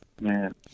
man